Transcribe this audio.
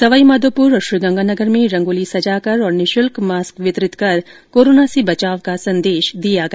सवाईमाघोपुर और श्रीगंगानगर में रंगोली सजाकर और निःशुल्क मास्क वितरित कर कोराना से बचाव का संदेश दियाँ गया